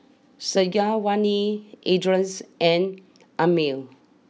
Syazwani Idris and Ammir